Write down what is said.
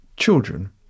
children